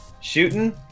Shooting